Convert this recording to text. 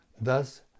Thus